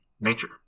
nature